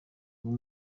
uyu